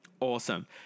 Awesome